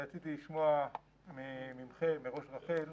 רציתי לשמוע מכם, מראש רח"ל,